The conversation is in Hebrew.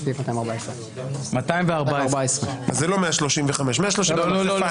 214. אז זה לא 135. לא, לא.